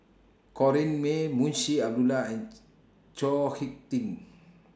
Corrinne May Munshi Abdullah and Chao Hick Tin